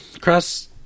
cross